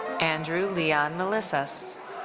andrew leon melissas.